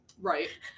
Right